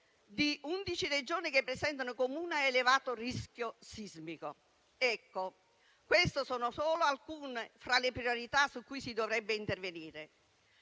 undici Regioni che presentano un elevato rischio sismico. Queste sono solo alcune fra le priorità su cui si dovrebbe intervenire.